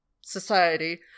society